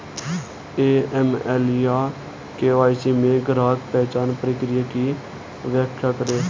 AML या KYC में ग्राहक पहचान प्रक्रिया की व्याख्या करें?